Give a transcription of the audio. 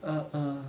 uh uh